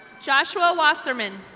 joshusa wasserman.